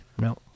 No